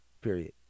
period